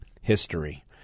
history